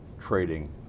trading